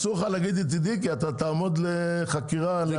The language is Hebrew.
אסור לך להגיד ידידי כי אתה תעמוד לחקירה על תיאום מחיר.